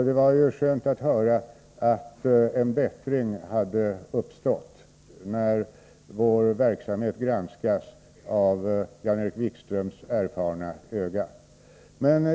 Det var ju skönt att höra att Jan-Erik Wikström anser att en bättring har skett när Jan-Erik Wikström granskat vår verksamhet med sina erfarna ögon.